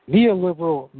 Neoliberal